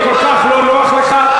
ואם כל כך לא נוח לך,